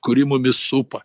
kuri mumis supa